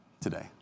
today